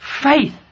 faith